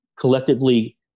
collectively